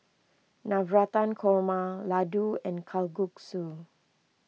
Navratan Korma Ladoo and Kalguksu